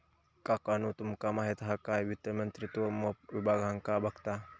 काकानु तुमका माहित हा काय वित्त मंत्रित्व मोप विभागांका बघता